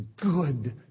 good